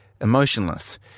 emotionless